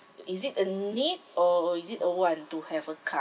is it a need or is it a want to have a car